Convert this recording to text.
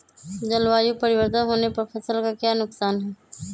जलवायु परिवर्तन होने पर फसल का क्या नुकसान है?